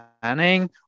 planning